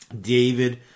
David